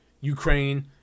Ukraine